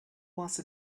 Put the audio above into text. once